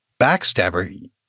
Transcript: backstabber